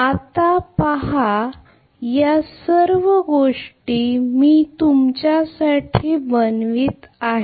आता पहा या सर्व गोष्टी मी तुमच्यासाठी बनवित आहे